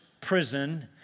prison